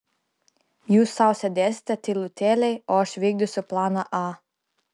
jūs sau sėdėsite tylutėliai o aš vykdysiu planą a